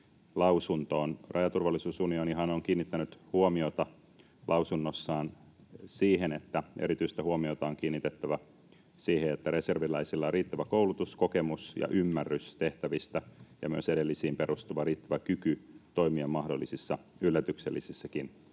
lausunnossaan siihen, että erityistä huomiota on kiinnitettävä siihen, että reserviläisillä on riittävä koulutus, kokemus ja ymmärrys tehtävistä ja myös edellisiin perustuva riittävä kyky toimia mahdollisissa yllätyksellisissäkin